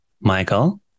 Michael